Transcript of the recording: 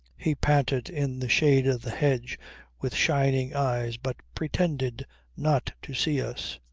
he panted in the shade of the hedge with shining eyes but pretended not to see us.